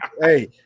Hey